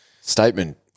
Statement